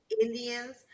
Indians